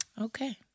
Okay